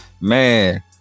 Man